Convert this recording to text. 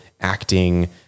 acting